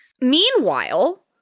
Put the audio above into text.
Meanwhile